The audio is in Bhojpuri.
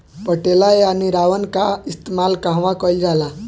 पटेला या निरावन का इस्तेमाल कहवा कइल जाला?